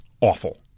awful